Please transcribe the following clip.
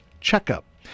checkup